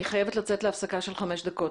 אני חייבת לצאת להפסקה של חמש דקות,